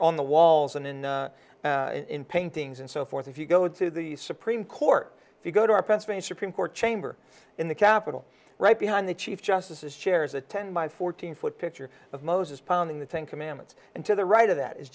on the walls and in in paintings and so forth if you go to the supreme court if you go to our pressmen supreme court chamber in the capitol right behind the chief justices chairs attended by fourteen foot picture of moses pounding the ten commandments and to the right of that is